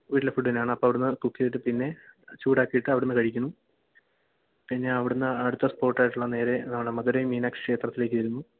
വീട്ടിലെ ഫുഡ്ഡന്നെയാണ് അപ്പം അവിടുന്ന് കുക്ക് ചെയ്തിട്ട് പിന്നെ ചൂടാക്കിയിട്ട് അവിടെന്ന് കഴിക്കുന്നു പിന്നെ അവിടെന്ന് അടുത്ത സ്പോട്ടായിട്ടുള്ള നേരെ നമ്മുടെ മധുരൈ മീനാക്ഷി ക്ഷേത്രത്തിലേക്ക് വരുന്നു